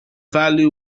valley